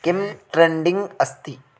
किं ट्रेण्डिङ्ग् अस्ति